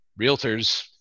realtors